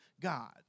God